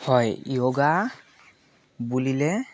হয় যোগা বুলিলে